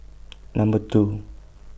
Number two